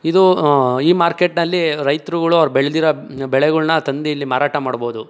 ಇದು ಈ ಮಾರ್ಕೆಟ್ನಲ್ಲಿ ರೈತರುಗಳು ಅವ್ರು ಬೆಳ್ದಿರೋ ಬೆಳೆಗಳ್ನ ತಂದು ಇಲ್ಲಿ ಮಾರಾಟ ಮಾಡ್ಬೋದು